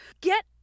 get